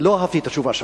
לא אהבתי את התשובה שלך.